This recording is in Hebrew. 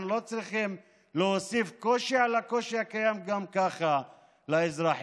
אנחנו לא צריכים להוסיף קושי על הקושי הקיים גם ככה לאזרחים,